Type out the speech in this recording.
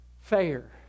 fair